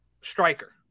striker